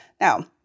Now